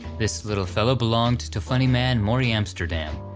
this little fellow belonged to funny man morey amsterdam,